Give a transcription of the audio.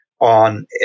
on